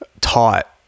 taught